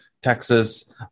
Texas